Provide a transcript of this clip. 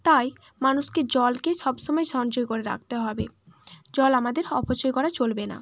তাই মানুষকে জলকে সব সময় সঞ্চয় করে রাখতে হবে জল আমাদের অপচয় করা চলবে না